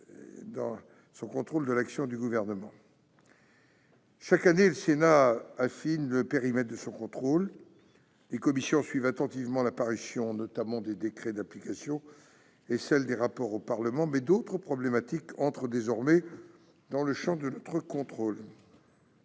dans son contrôle de l'action du Gouvernement. Chaque année, le Sénat affine le périmètre de son contrôle. Les commissions suivent attentivement la parution des décrets d'application et celle des rapports au Parlement, mais d'autres problématiques entrent désormais dans le champ de notre contrôle.